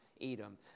Edom